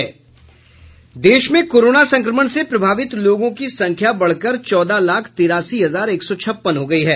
देश में कोरोना संक्रमण से प्रभावित लोगों की संख्या बढ़कर चौदह लाख तिरासी हजार एक सौ छप्पन हो गयी है